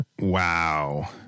Wow